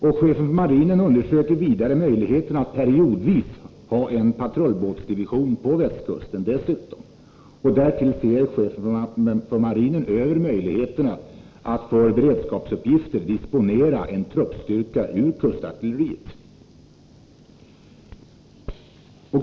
Chefen för marinen undersöker vidare möjligheten att därutöver periodvis ha en patrullbåtsdivision på västkusten. Därtill ser chefen för marinen över möjligheterna att för beredskapsuppgifter disponera en truppstyrka ur kustartilleriet.